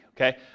Okay